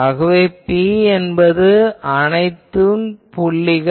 ஆகவே P என்பது இந்த அனைத்துப் புள்ளிகள்